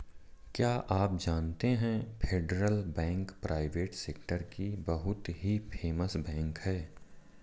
क्या आप जानते है फेडरल बैंक प्राइवेट सेक्टर की बहुत ही फेमस बैंक है?